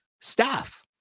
staff